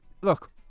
look